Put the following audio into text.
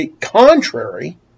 contrary